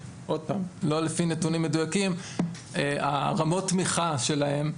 לא לפי נתונים מדויקים של רמות התמיכה שלהם,